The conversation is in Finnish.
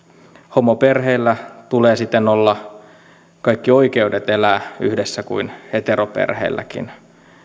homoperheillä tulee siten olla kaikki samat oikeudet elää yhdessä kuin heteroperheilläkin